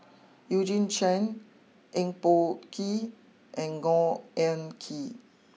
Eugene Chen Eng Boh Kee and Khor Ean Ghee